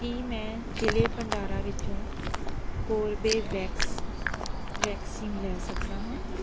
ਕੀ ਮੈਂ ਜ਼ਿਲ੍ਹੇ ਭੰਡਾਰਾ ਵਿੱਚੋਂ ਕੋਰਬੇਵੈਕਸ ਵੈਕਸੀਨ ਲੈ ਸਕਦਾ ਹਾਂ